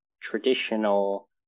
traditional